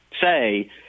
say